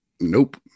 Nope